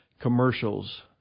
commercials